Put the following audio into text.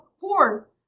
poor